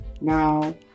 Now